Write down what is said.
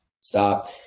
stop